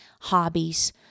hobbies